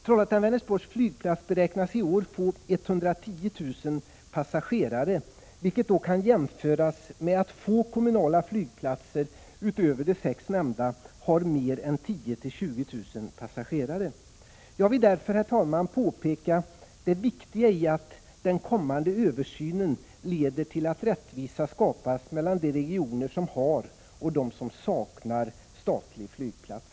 Trollhättan— Vänersborgs flygplats beräknas i år få 110 000 passagerare, vilket kan jämföras med att få kommunala flygplatser, utöver de sex nämnda, har mer än 10 000—20 000 passagerare. Jag vill därför, herr talman, påpeka det viktiga i att den kommande översynen leder till att rättvisa skapas mellan de regioner som har och de som saknar statlig flygplats.